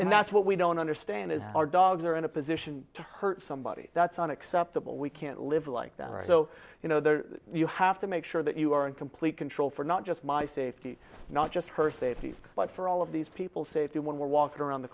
and that's what we don't understand is our dogs are in a position to hurt somebody that's unacceptable we can't live like that right so you know you have to make sure that you are in complete control for not just my safety not just her safety but for all of these people's safety when we walk around the